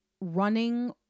running